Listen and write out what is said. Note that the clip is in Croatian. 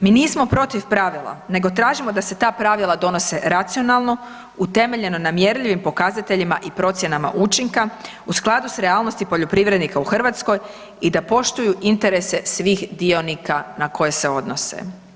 Mi nismo protiv pravila nego tražimo da se ta pravila donose racionalno, utemeljeno na mjerljivim pokazateljima i procjenama učinka u skladu s realnosti poljoprivrednika u Hrvatskoj i da poštuju interese svih dionika na koje se odnose.